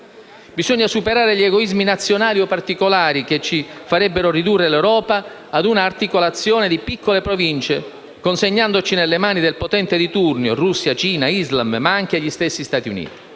Bisogna superare gli egoismi nazionali o particolari, che ci farebbero ridurre l'Europa a un'articolazione di piccole Province, consegnandoci nelle mani del potente di turno: Russia, Cina, Islam, ma anche gli stessi Stati Uniti.